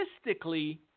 statistically